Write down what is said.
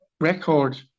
Record